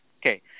Okay